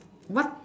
what